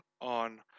on